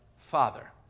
father